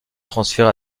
transféré